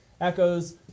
echoes